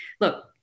look